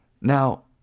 Now